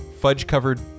fudge-covered